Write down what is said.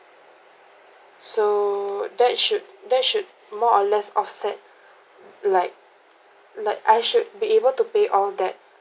so that should that should more or less offset like like I should be able to pay off that